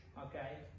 okay